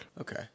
Okay